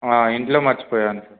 ఇంట్లో మర్చిపోయాను సార్